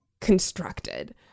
constructed